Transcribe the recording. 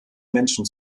menschen